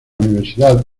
universidad